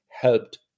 helped